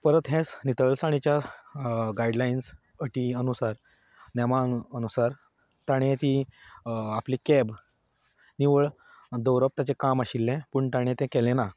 परत हेंच नितळसाणेच्या गायडलायन्स अटी ह्या नुसार नेमा अनुसार ताणें तीं आपली कॅब निवळ दवरप ताजें काम आशिल्लें पूण ताणें तें केलें ना